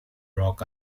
rock